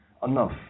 Enough